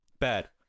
bad